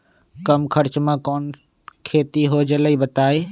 कम खर्च म कौन खेती हो जलई बताई?